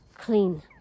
clean